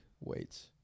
weights